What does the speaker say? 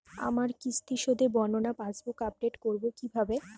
আমার কিস্তি শোধে বর্ণনা পাসবুক আপডেট করব কিভাবে?